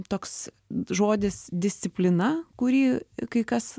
toks žodis disciplina kurį kai kas